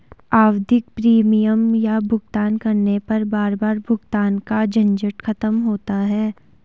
आवधिक प्रीमियम का भुगतान करने पर बार बार भुगतान का झंझट खत्म होता है